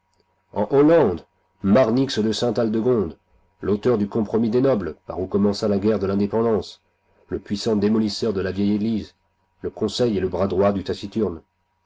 en hollande marnix de sainte aldegonde l'auteur du compromis des nobles par où commença la guerre de l'indépendance le puissant démolisseur de la vieille église le conseil et le bras droit du taciturne